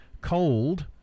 cold